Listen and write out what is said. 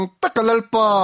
takalalpa